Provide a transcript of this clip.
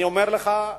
אני אומר לך,